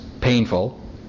painful